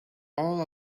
all